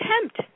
attempt